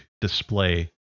display